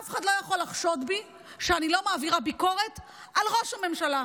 אף אחד לא יכול לחשוד בי שאני לא מעבירה ביקורת על ראש הממשלה.